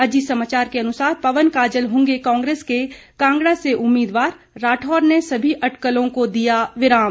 अजीत समाचार के अनुसार पवन काजल होंगे कांग्रेस के कांगड़ा से उम्मीदवार राठौर ने सभी अटकलों को दिया विराम